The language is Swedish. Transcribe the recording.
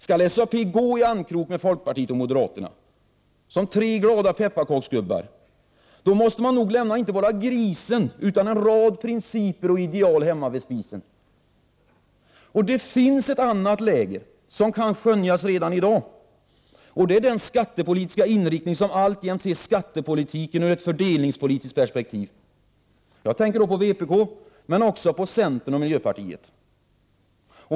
Skall SAP gå i armkrok med folkpartiet och moderaterna som tre glada pepparkaksgubbar? Då måste man nog lämna inte bara grisen utan en rad principer och ideal hemma vid spisen. Det finns ett annat läger som kan skönjas redan i dag, och det är den skattepolitiska inriktning som alltjämt ser skattepolitiken ur ett fördelningspolitiskt perspektiv. Jag tänker då på vpk men också på centern och miljöpartiet.